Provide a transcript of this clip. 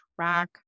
track